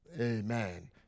Amen